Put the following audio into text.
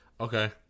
Okay